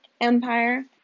Empire